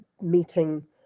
meeting